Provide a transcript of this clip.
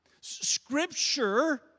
Scripture